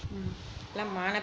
mm